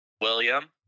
William